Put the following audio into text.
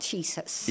Jesus